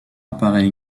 apparaît